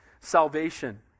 salvation